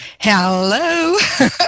Hello